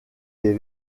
les